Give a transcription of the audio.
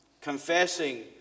Confessing